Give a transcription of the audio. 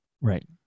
Right